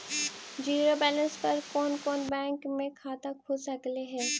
Zero balance पर कोन कोन बैंक में खाता खुल सकले हे?